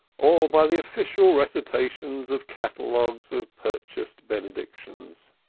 or by the official recitations of catalogues of purchased benedictions.